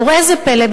וראה זה פלא,